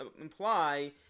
imply